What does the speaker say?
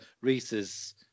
Reese's